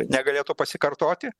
negalėtų pasikartoti